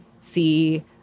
see